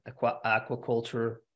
aquaculture